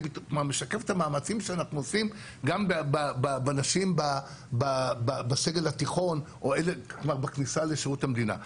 המאמצים שאנחנו עושים גם בנשים בסגל התיכון בכניסה לשירות המדינה.